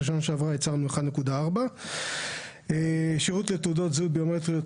שנה שעברה ייצרנו 1.4. שירות לתעודות זהות ביומטריות,